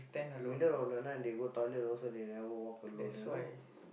middle of the night they go toilet also they never walk alone you know